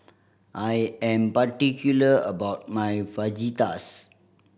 I am particular about my Fajitas